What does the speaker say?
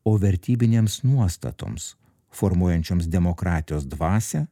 o vertybinėms nuostatoms formuojančioms demokratijos dvasią